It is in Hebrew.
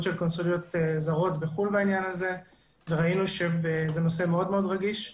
של קונסוליות זרות בחו"ל בעניין הזה וראינו שזה נושא מאוד מאוד רגיש,